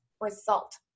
result